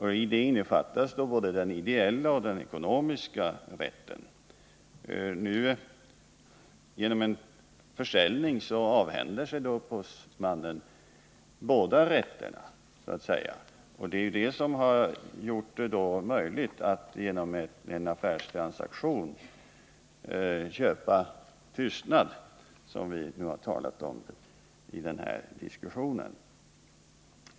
Häri innefattas både den ideella och den ekonomiska rätten. Genom en försäljning avhänder sig upphovsmannen båda rätterna. Det är det som gjort det möjligt att genom en affärstransaktion köpa tystnad — som vi har talat om i denna diskussion.